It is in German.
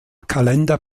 kalender